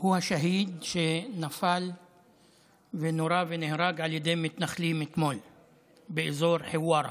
הוא השהיד שנפל ונורה ונהרג על ידי מתנחלים אתמול באזור חווארה.